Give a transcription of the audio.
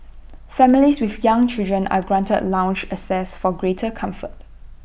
families with young children are granted lounge access for greater comfort